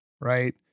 right